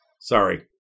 Sorry